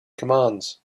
commands